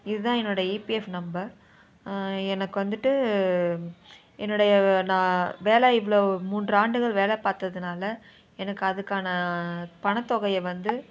இதுதான் என்னுடைய EPF number எனக்கு வந்துட்டு என்னுடைய நான் வேலை இவ்வளோ மூன்று ஆண்டுகள் வேலை பார்த்ததுனால எனக்கு அதுக்கான பணத்தொகையை வந்து